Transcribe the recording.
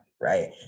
right